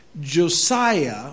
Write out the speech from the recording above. Josiah